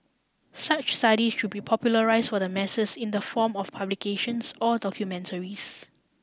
such studies should be popularised for the masses in the form of publications or documentaries